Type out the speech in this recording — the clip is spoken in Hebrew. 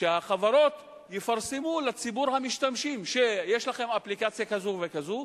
שהחברות יפרסמו לציבור המשתמשים: יש לכם אפליקציה כזו וכזו,